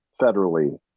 federally